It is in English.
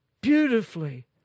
beautifully